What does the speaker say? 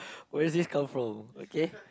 where does this come from okay